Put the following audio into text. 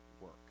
work